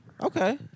Okay